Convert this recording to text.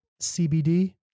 CBD